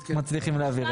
מצליחים להעביר את זה.